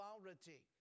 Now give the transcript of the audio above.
authority